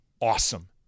awesome